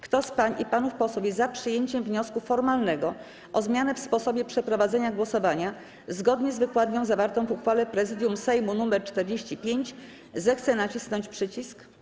Kto z pań i panów posłów jest za przyjęciem wniosku formalnego o zmianę sposobu przeprowadzenia głosowania zgodnie z wykładnią zawartą w uchwale Prezydium Sejmu nr 45, zechce nacisnąć przycisk.